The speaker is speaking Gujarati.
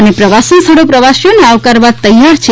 અને પ્રવાસન સ્થળો પ્રવાસીઓને આવકારવા તૈયાર છે